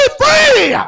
free